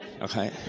Okay